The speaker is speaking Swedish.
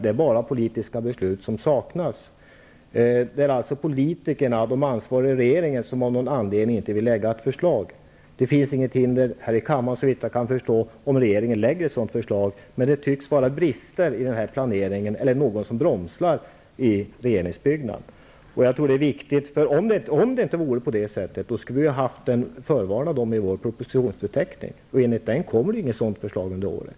Vad som saknas är bara politikernas beslut. Det är alltså politikerna, de ansvariga i regeringen, som av någon anledning inte vill lägga fram ett förslag. Såvitt jag förstår finns det inga hinder för regeringen att lägga fram ett förslag för kammaren. Det tycks dock finnas brister i planeringen. Eller är det möjligen så, att någon bromsar i regeringsbyggnaden? Om det inte är så, borde vi som sagt av propositionsförteckningen se om det kommer ett sådant här förslag under våren.